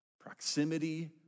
Proximity